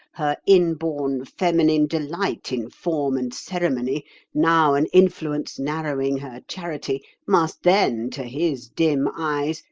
her inborn feminine delight in form and ceremony now an influence narrowing her charity must then, to his dim eyes,